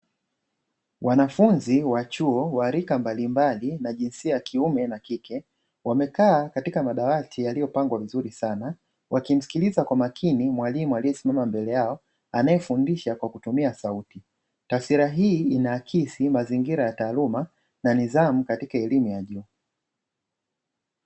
Wanafunzi wa chuo wa rika mbali mbali na jinsia ya kiume na kike wamekaa katika madawati yaliyopangwa vizuri sana, wakimsikiliza kwa makini mwalimu aliesimama mbele yao anaefundisha kwa kutumia sauti taswira hii inaakisi mazingira ya taaluma na nidhamu katika elimu ya juu.